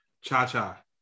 Cha-Cha